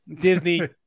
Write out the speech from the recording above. disney